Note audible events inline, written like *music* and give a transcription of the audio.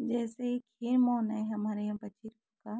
जैसे ही खीर मोन है हमारे *unintelligible* का